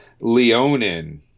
Leonin